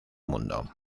mundo